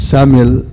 Samuel